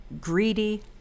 greedy